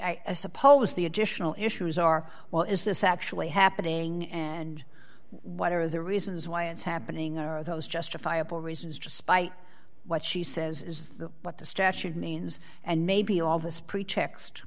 suppose the additional issues are well is this actually happening and what are the reasons why it's happening are those justifiable reasons despite what she says is that what the statute means and maybe all this pretext